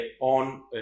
on